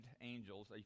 angels